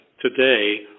today